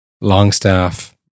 Longstaff